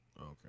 Okay